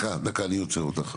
דקה, אני עוצר אותך.